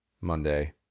Monday